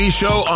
show